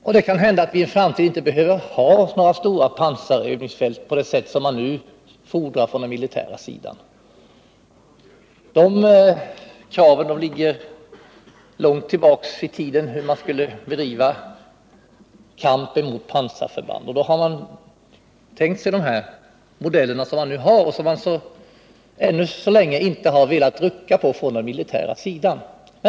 Det kan också hända att vi i framtiden inte behöver ha några stora pansarövningsfält på det sätt som man nu fordrar från militären. Det sätt på vilket man tänkt sig bedriva bekämpningen av pansarförband har sitt ursprung långt tillbaka i tiden. Man har här tänkt på de modeller som nu finns och som man alltså ännu så länge inte har velat rucka på från militärens sida.